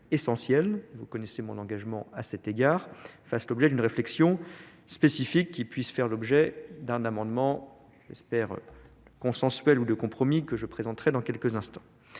essentiels. Vous connaissez mon engagement à cet égard fassent l'objet d'une réflexion spécifique qui puisse faire l'objet d'un amendement j'espère consensuel ou de compromis que je présenterai dans quelques instants